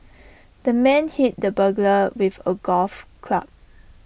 the man hit the burglar with A golf club